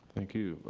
thank you,